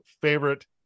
favorite